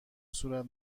صورت